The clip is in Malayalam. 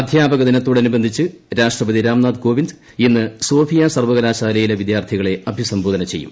അധ്യാപക ദിനത്തോട് അനുബന്ധിച്ച് രാഷ്ട്രപതി രാംനാഥ് കോവിന്ദ് ഇന്ന് സോഫിയ സർവ്വകലാശാലയിലെ വിദ്യാർത്ഥികളെ അഭിസംബോധിന ചെയ്യും